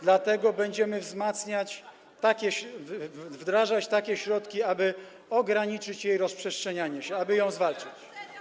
Dlatego będziemy wzmacniać, wdrażać takie środki, aby ograniczyć jej rozprzestrzenianie się, aby ją zwalczyć.